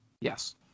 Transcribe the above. Yes